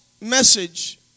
message